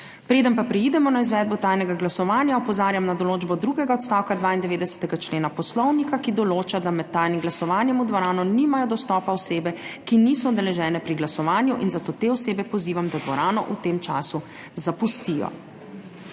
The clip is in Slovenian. Preden pa preidemo na izvedbo tajnega glasovanja, opozarjam na določbo drugega odstavka 92. člena Poslovnika, ki določa, da med tajnim glasovanjem v dvorano nimajo dostopa osebe, ki niso udeležene pri glasovanju in zato te osebe pozivam, da dvorano v tem času zapustijo.